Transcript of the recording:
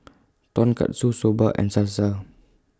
Tonkatsu Soba and Salsa